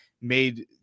made